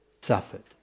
suffered